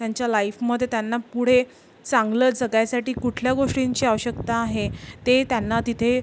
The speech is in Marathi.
त्यांच्या लाईफमध्ये त्यांना पुढे चांगलं जगायसाठी कुठल्या गोष्टींची आवश्यकता आहे ते त्यांना तिथे